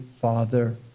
Father